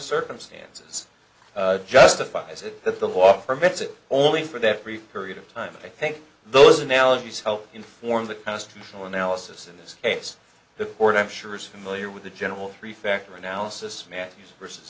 circumstances justifies it that the law forbids it only for that brief period of time i think those analogies help inform the constitutional analysis in this case the court i'm sure is familiar with the general three factor analysis matters versus